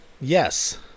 Yes